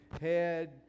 head